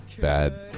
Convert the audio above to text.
bad